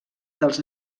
dels